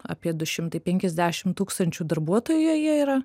apie du šimtai penkiasdešim tūkstančių darbuotojų joje yra